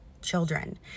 children